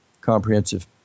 comprehensive